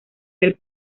del